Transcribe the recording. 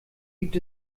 gibt